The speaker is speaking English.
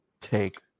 take